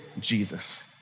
Jesus